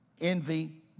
envy